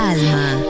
Alma